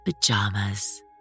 pajamas